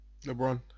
LeBron